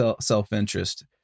self-interest